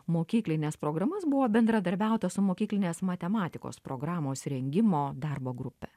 mokyklines programas buvo bendradarbiauta su mokyklinės matematikos programos rengimo darbo grupe